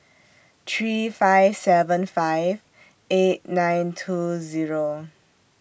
three five seven five eight nine two Zero